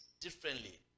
differently